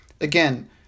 Again